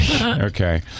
Okay